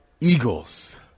eagles